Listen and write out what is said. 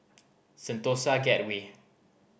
Sentosa Gateway